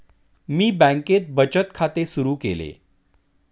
मी बँकेत बचत खाते सुरु केले